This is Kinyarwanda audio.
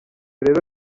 rero